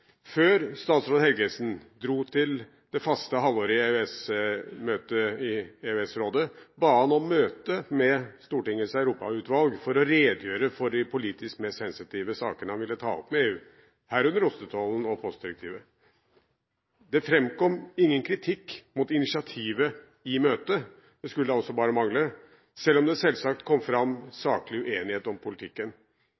Før statsråd Helgesen dro til det faste halvårlige EØS-møtet i EØS-rådet, ba han om møte med Stortingets europautvalg for å redegjøre for de politisk mest sensitive sakene han ville ta opp med EU, herunder ostetollen og postdirektivet. Det framkom ingen kritikk mot initiativet i møtet – det skulle da også bare mangle – selv om det selvsagt kom fram